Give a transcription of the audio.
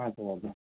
हजुर हजुर